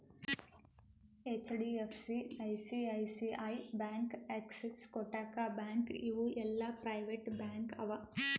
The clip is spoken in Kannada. HDFC, ICICI bank, Axis, Kotak bank ಇವು ಎಲ್ಲಾ ಪ್ರೈವೇಟ್ ಬ್ಯಾಂಕ್ ಅವಾ